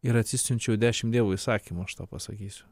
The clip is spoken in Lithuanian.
ir atsisiunčiau dešimt dievo įsakymų aš tau pasakysiu